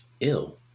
ill